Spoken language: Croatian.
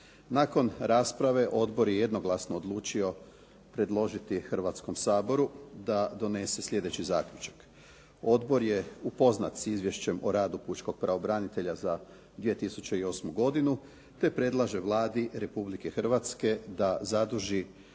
Nakon rasprave odbor je jednoglasno odlučio predložiti Hrvatskom saboru da donese sljedeći zaključak. Odbor je upoznat s izvješćem o radu pučkog pravobranitelja za 2008. godinu, te predlaže Vladi Republike Hrvatske da zaduži